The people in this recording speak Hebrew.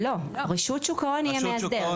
לא, רשות שוק ההון היא המאסדר.